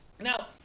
Now